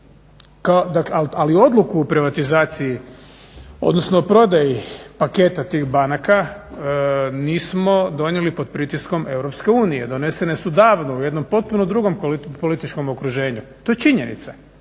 Ali, odluku o privatizaciji, odnosno o prodaji paketa tih banaka nismo donijeli pod pritiskom EU. Donesene su davno u jednom potpuno drugom političkom okruženju, to je činjenica.